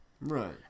Right